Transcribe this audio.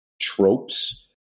tropes